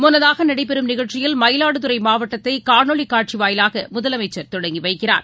முன்னதாக நடைபெறம் நிகழ்ச்சியில் மயிலாடுதுறைமாவட்டத்தைகாணொளிகாட்சிவாயிலாகமுதலமைச்சா் தொடங்கிவைக்கிறார்